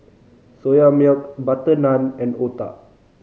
Soya Milk butter naan and otah